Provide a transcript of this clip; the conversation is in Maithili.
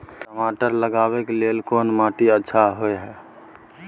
टमाटर उगाबै के लेल कोन माटी अच्छा होय है?